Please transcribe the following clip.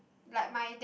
like my that